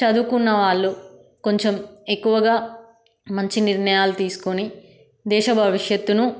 చదువుకున్నవాళ్ళు కొంచెం ఎక్కువగా మంచి నిర్ణయాలు తీసుకుని దేశ భవిష్యత్తును